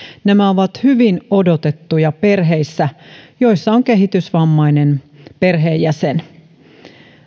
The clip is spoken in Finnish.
nämä ovat hyvin odotettuja perheissä joissa on kehitysvammainen perheenjäsen